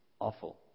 awful